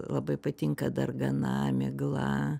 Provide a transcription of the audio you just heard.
labai patinka dargana migla